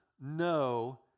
no